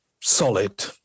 solid